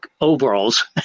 overalls